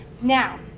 now